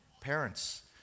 Parents